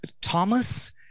Thomas